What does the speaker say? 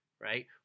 right